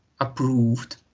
approved